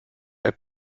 app